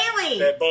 Daily